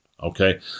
okay